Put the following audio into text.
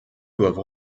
doivent